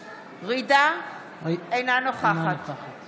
ככה, שאתם לא מנצחים